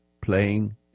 playing